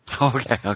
Okay